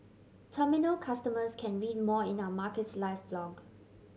terminal customers can read more in our Markets Live blog